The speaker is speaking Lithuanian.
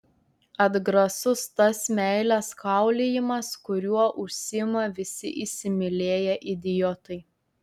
atgrasus tas meilės kaulijimas kuriuo užsiima visi įsimylėję idiotai